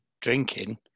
drinking